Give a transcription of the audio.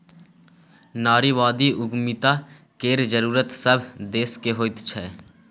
नारीवादी उद्यमिता केर जरूरत सभ देशकेँ होइत छै